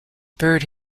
bird